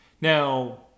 Now